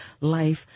life